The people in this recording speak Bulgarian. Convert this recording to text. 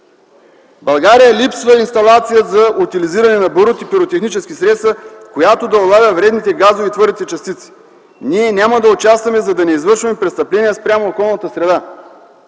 България липсва инсталация за утилизиране на барут и пиротехнически средства, която да улавя вредните газове и твърдите частици. Ние няма да участваме, за да не извършваме престъпление спрямо околната среда”.